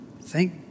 Thank